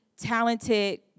talented